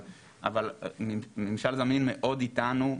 אבל ממשל זמין מאוד איתנו,